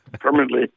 permanently